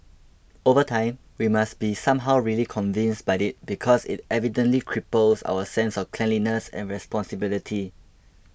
over time we must be somehow really convinced by it because it evidently cripples our sense of cleanliness and responsibility